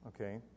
okay